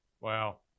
wow